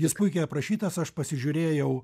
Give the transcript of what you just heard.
jis puikiai aprašytas aš pasižiūrėjau